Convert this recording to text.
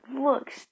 looks